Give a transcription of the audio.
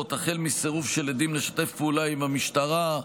החל מסירוב של עדים לשתף פעולה עם המשטרה,